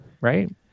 right